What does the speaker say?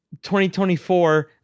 2024